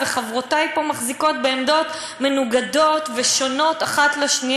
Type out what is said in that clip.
וחברותי פה מחזיקות בעמדות מנוגדות ושונות זו מזו,